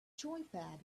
joypad